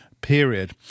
period